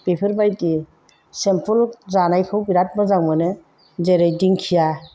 बेफोरबायदि सिमफोल जानायखौ बिराद मोजां मोनो जेरै दिंखिया